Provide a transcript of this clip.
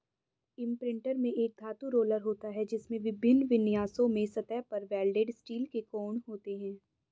imprinter में एक धातु रोलर होता है, जिसमें विभिन्न विन्यासों में सतह पर वेल्डेड स्टील के कोण होते हैं